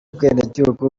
ubwenegihugu